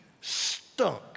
stunk